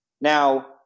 Now